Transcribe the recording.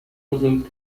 بزرگ